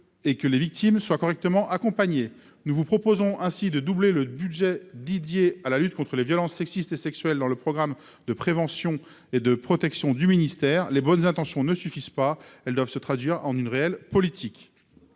et que les victimes soient correctement accompagnées. Nous proposons ainsi de doubler le budget dédié à la lutte contre les violences sexistes et sexuelles dans le programme de prévention et de protection du ministère. Les bonnes intentions ne suffisent pas : elles doivent se traduire en une réelle politique.